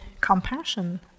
compassion